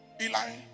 Eli